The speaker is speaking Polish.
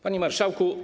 Panie Marszałku!